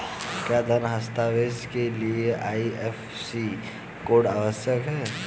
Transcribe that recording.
क्या धन हस्तांतरण के लिए आई.एफ.एस.सी कोड आवश्यक है?